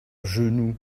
genou